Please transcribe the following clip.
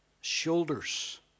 shoulders